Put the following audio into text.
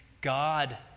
God